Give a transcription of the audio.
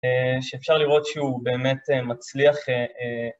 שאפשר לראות שהוא באמת מצליח...